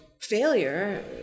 failure